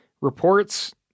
reports